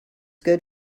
good